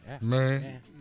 Man